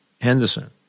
Henderson